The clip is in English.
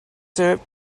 served